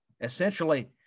essentially